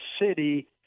city